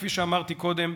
כפי שאמרתי קודם.